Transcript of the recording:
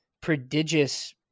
prodigious